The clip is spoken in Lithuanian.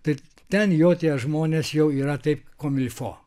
tai ten jo tie žmonės jau yra taip komilfo